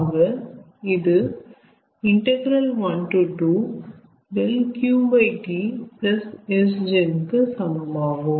ஆக இது ∫12 𝛿𝑄T 𝑆gen கு சமமாகும்